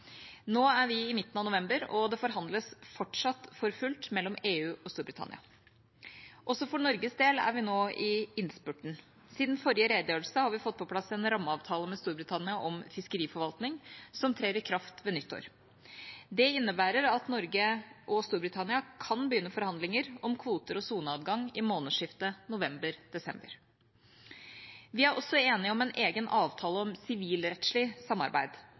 Nå er vi i midten av november, og det forhandles fortsatt for fullt mellom EU og Storbritannia. Også for Norges del er vi nå i innspurten. Siden forrige redegjørelse har vi fått på plass en rammeavtale med Storbritannia om fiskeriforvaltning, som trer i kraft ved nyttår. Det innebærer at Norge og Storbritannia kan begynne forhandlinger om kvoter og soneadgang i månedsskiftet november/desember. Vi er også enige om en egen avtale om sivilrettslig samarbeid.